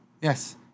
Yes